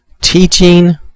teaching